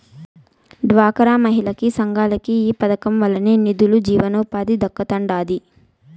డ్వాక్రా మహిళలకి, సంఘాలకి ఈ పదకం వల్లనే నిదులు, జీవనోపాధి దక్కతండాడి